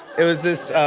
it was this.